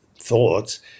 thoughts